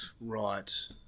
Right